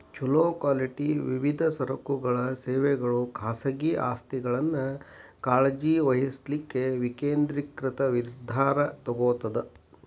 ಛೊಲೊ ಕ್ವಾಲಿಟಿ ವಿವಿಧ ಸರಕುಗಳ ಸೇವೆಗಳು ಖಾಸಗಿ ಆಸ್ತಿಯನ್ನ ಕಾಳಜಿ ವಹಿಸ್ಲಿಕ್ಕೆ ವಿಕೇಂದ್ರೇಕೃತ ನಿರ್ಧಾರಾ ತೊಗೊತದ